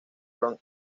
pro